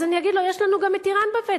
אז אני אגיד לו: יש לנו גם אירן בפתח.